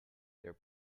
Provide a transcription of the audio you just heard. their